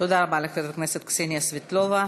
תודה רבה לחברת הכנסת קסניה סבטלובה.